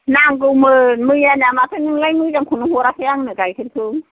नांगौमोन मैयानिया माथो नोंलाय मोजांखौनो हराखै आंनो गाइखेरखौ